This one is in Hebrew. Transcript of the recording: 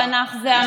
התנ"ך זה,